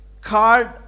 card